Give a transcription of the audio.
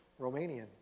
Romanian